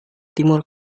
timur